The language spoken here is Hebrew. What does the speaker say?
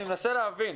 אני מנסה להבין.